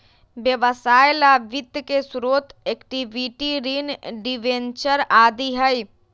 व्यवसाय ला वित्त के स्रोत इक्विटी, ऋण, डिबेंचर आदि हई